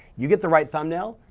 you get the right thumbnail,